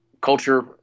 culture